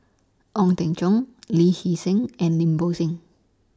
Ong Teng Cheong Lee Hee Seng and Lim Bo Seng